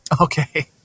Okay